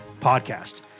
podcast